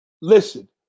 Listen